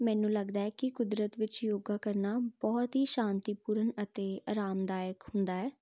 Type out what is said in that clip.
ਮੈਨੂੰ ਲੱਗਦਾ ਕਿ ਕੁਦਰਤ ਵਿੱਚ ਯੋਗਾ ਕਰਨਾ ਬਹੁਤ ਹੀ ਸ਼ਾਂਤੀਪੂਰਨ ਅਤੇ ਆਰਾਮਦਾਇਕ ਹੁੰਦਾ ਹੈ